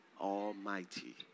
Almighty